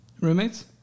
Roommates